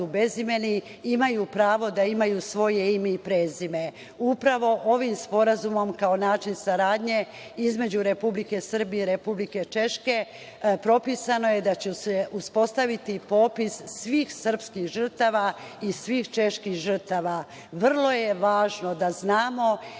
bezimeni, imaju pravo da imaju svoje ime i prezime. Upravo ovim sporazumom, kao način saradnje između Republike Srbije i Republike Češke, propisano je da će se uspostaviti popis svih srpskih žrtava i svih čeških žrtava. Vrlo je važno da znamo